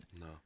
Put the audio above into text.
No